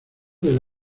del